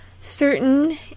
certain